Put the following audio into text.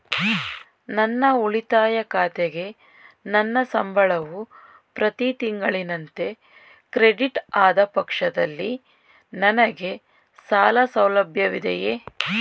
ನನ್ನ ಉಳಿತಾಯ ಖಾತೆಗೆ ನನ್ನ ಸಂಬಳವು ಪ್ರತಿ ತಿಂಗಳಿನಂತೆ ಕ್ರೆಡಿಟ್ ಆದ ಪಕ್ಷದಲ್ಲಿ ನನಗೆ ಸಾಲ ಸೌಲಭ್ಯವಿದೆಯೇ?